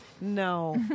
No